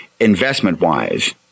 investment-wise